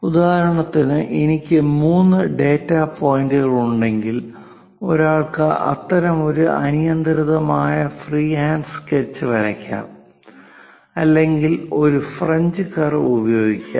ഉദാഹരണത്തിന് എനിക്ക് മൂന്ന് ഡാറ്റാ പോയിന്റുകൾ ഉണ്ടെങ്കിൽ ഒരാൾക്ക് അത്തരമൊരു അനിയന്ത്രിതമായ ഫ്രീഹാൻഡ് സ്കെച്ച് വരയ്ക്കാം അല്ലെങ്കിൽ ഒരു ഫ്രഞ്ച് കർവ് ഉപയോഗിക്കാം